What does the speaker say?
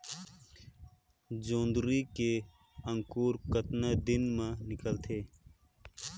जोंदरी के अंकुर कतना दिन मां निकलथे?